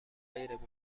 غیرممکن